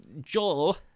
Joel